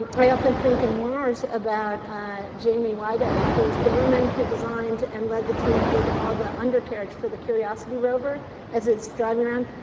but i often think, in mars, about jamie waydo, who's the woman who designed and led the team that did all the undercarriage for the curiosity rover as it's driving around.